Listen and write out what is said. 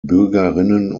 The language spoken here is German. bürgerinnen